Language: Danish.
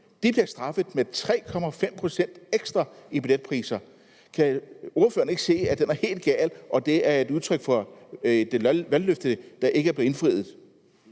skulle betale 3,5 pct. ekstra i billetpriser. Kan ordføreren ikke se, at den er helt gal, og at det viser, at et valgløfte ikke er blevet indfriet?